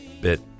bit